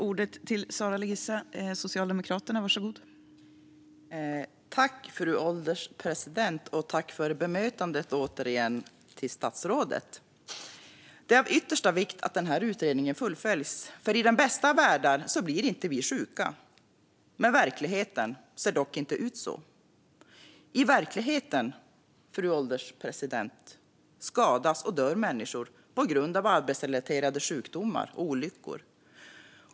Fru ålderspresident! Återigen tack, statsrådet, för bemötandet! Det är av yttersta vikt att utredningen fullföljs, för i den bästa av världar blir vi inte sjuka. Verkligheten ser dock inte ut så. I verkligheten, fru ålderspresident, skadas och dör människor på grund av arbetsrelaterade sjukdomar och olyckor.